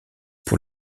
pour